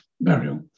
burial